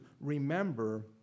remember